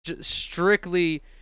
strictly